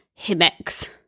Himex